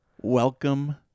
Welcome